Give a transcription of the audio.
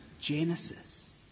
Genesis